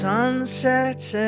Sunsets